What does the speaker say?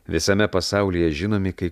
visame pasaulyje žinomi kai